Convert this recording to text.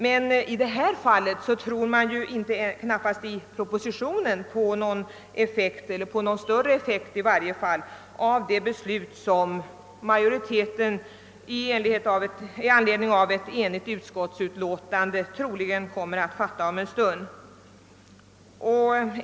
Men i det fall det här gäller tror man ju knappast ens i propositionen på någon större verkan av det beslut, som majoriteten i anledning av ett enigt utskottsutlåtande troligen kommer att fatta om en stund.